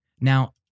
Now